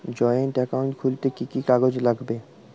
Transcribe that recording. Joint account খুলতে কি কি কাগজ লাগবে?